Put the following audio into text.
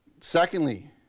Secondly